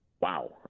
wow